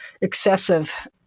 excessive